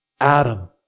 Adam